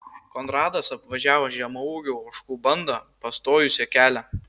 konradas apvažiavo žemaūgių ožkų bandą pastojusią kelią